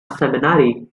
seminary